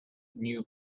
new